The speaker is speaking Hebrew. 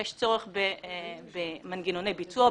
יש צורך במנגנוני ביצוע,